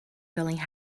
feeling